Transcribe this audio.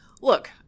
Look